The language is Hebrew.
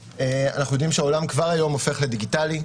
אנחנו יודעים שהעולם כבר היום הופך לדיגיטלי.